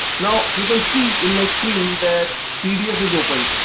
now you can see in my screen that pdf is opened.